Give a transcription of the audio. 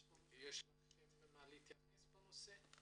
יש לכם מה להתייחס בנושא?